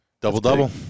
Double-double